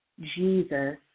Jesus